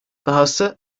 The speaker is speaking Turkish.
dahası